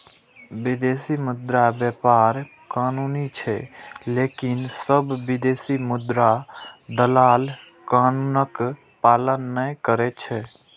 विदेशी मुद्रा व्यापार कानूनी छै, लेकिन सब विदेशी मुद्रा दलाल कानूनक पालन नै करै छै